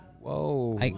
Whoa